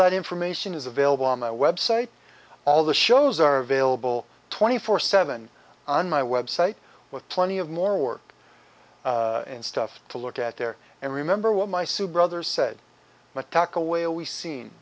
that information is available on my website all the shows are available twenty four seven on my website with plenty of more work and stuff to look at there and remember what my sue brother said my tucked away all we seen